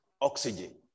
oxygen